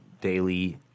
daily